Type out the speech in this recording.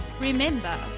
Remember